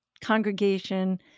congregation